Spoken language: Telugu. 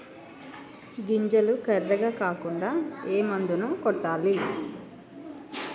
గింజలు కర్రెగ కాకుండా ఏ మందును కొట్టాలి?